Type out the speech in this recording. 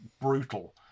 brutal